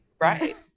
right